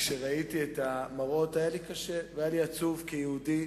כשראיתי את המראות היה לי קשה והיה לי עצוב כיהודי